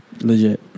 Legit